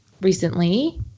recently